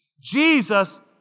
Jesus